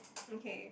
okay